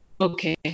Okay